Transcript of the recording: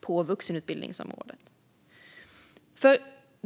på vuxenutbildningsområdet.